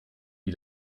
wie